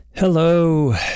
Hello